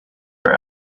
our